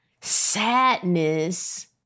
sadness